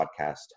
podcast